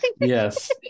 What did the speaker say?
Yes